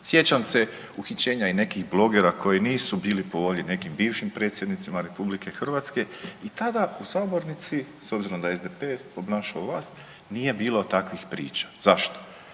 sjećam se uhićenja i nekih blogera koji nisu bili po volji nekim bivšim predsjednicima RH i tada u sabornici s obzirom da je SDP obnašao vlast nije bilo takvih priča. Zašto?